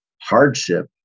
hardship